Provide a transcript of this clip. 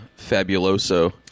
fabuloso